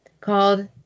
called